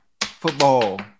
football